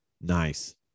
Nice